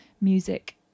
music